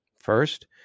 First